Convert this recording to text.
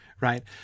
Right